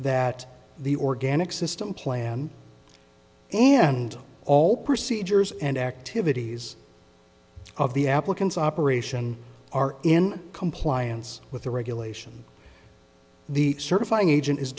that the organic system plan and all procedures and activities of the applicant's operation are in compliance with the regulation the certifying agent is